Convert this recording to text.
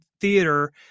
theater